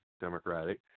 Democratic